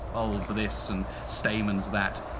bulbs this and stamens that!